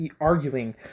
arguing